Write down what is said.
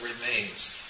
remains